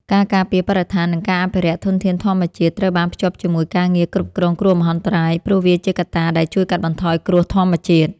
ការការពារបរិស្ថាន និងការអភិរក្សធនធានធម្មជាតិត្រូវបានភ្ជាប់ជាមួយការងារគ្រប់គ្រងគ្រោះមហន្តរាយ ព្រោះវាជាកត្តាដែលជួយកាត់បន្ថយគ្រោះធម្មជាតិ។